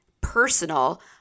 personal